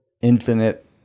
infinite